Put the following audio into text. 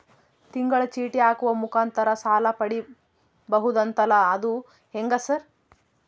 ತಿಂಗಳ ಚೇಟಿ ಹಾಕುವ ಮುಖಾಂತರ ಸಾಲ ಪಡಿಬಹುದಂತಲ ಅದು ಹೆಂಗ ಸರ್?